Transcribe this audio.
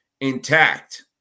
intact